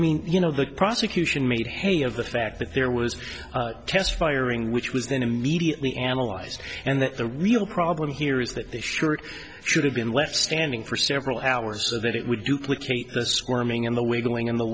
mean you know the prosecution made hay of the fact that there was a test firing which was then immediately analyzed and that the real problem here is that they sure should have been left standing for several hours so that it would you click the squirming and the wiggling and the